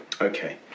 Okay